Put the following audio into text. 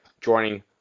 joining